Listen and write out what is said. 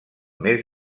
mes